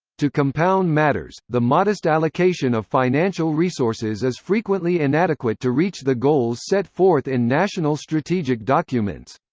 to compound matters, the modest allocation of financial resources is frequently inadequate to reach the goals set forth in national strategic documents.